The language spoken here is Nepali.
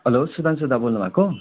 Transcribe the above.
हेलो सुधांसु दा बोल्नु भएको